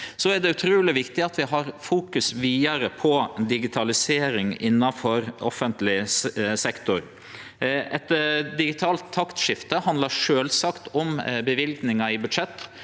Det er utruleg viktig at vi fokuserer vidare på digitalisering innanfor offentleg sektor. Eit digitalt taktskifte handlar sjølvsagt om løyvingar i budsjett.